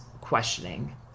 questioning